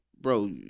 bro